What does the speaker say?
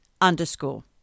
Underscore